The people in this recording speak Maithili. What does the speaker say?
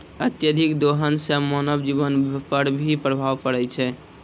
अत्यधिक दोहन सें मानव जीवन पर भी प्रभाव परै छै